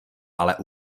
ale